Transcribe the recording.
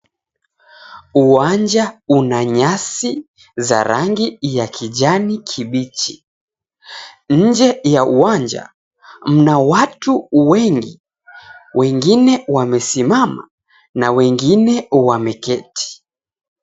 Uwanja una nyasi za rangi ya kijani kibichi. Nje ya uwanja, mna watu wengi, wengine wamesimama na wengine wameketi.